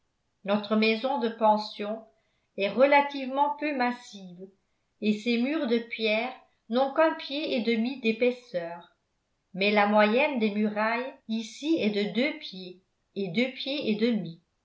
notre maison de pension est relativement peu massive et ses murs de pierre n'ont qu'un pied et demi d'épaisseur mais la moyenne des murailles ici est de deux pieds et deux pieds et demi